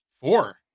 Four